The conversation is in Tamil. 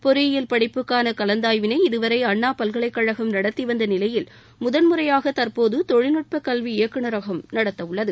பொறியியல் படிப்புக்கான கலந்தாய்விளை இதுவர அண்ணா பல்கலைக்கழகம் நடத்திவந்த நிலையில் முதன்முறையாக தற்போது தொழில்நுட்பக் கல்வி இயக்குனரகம் நடத்தவுள்ளது